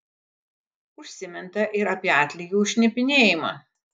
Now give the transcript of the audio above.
užsiminta ir apie atlygį už šnipinėjimą